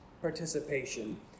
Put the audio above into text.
participation